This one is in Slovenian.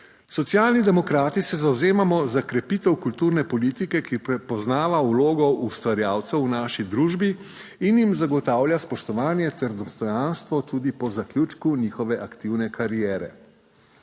Socialni demokrati se zavzemamo za krepitev kulturne politike, ki prepoznava vlogo ustvarjalcev v naši družbi in jim zagotavlja spoštovanje ter dostojanstvo tudi po zaključku njihove aktivne kariere.